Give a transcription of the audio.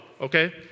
okay